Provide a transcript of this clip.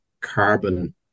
carbon